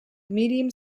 medium